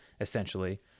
essentially